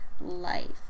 life